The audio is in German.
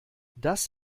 das